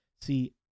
see